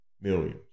Millions